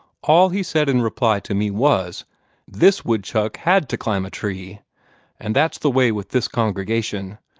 all he said in reply to me was this woodchuck had to climb a tree and that's the way with this congregation.